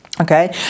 okay